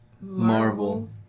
Marvel